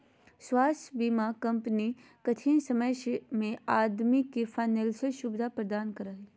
स्वास्थ्य बीमा कंपनी कठिन समय में आदमी के फाइनेंशियल सुविधा प्रदान करा हइ